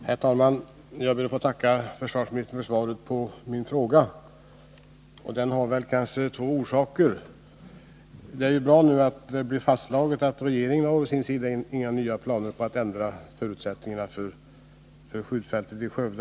Herr talman! Jag ber att få tacka försvarsministern för svaret på min fråga. Den har två orsaker. Det är bra att det nu fastslås att regeringen å sin sida inte har några nya planer på att ändra förutsättningarna för skjutfältet i Skövde.